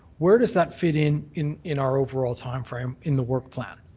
where does that fit in in in our overall time frame in the work plan?